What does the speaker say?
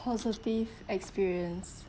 positive experience